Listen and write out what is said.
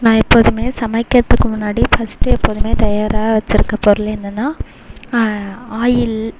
நான் எப்போதுமே சமைக்கிறதுக்கு முன்னாடி ஃபர்ஸ்டு எப்போதுமே தயாராக வச்சியிருக்க பொருள் என்னன்னா ஆயில்